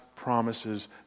promises